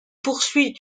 poursuit